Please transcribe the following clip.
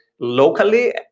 locally